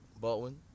Baldwin